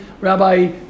Rabbi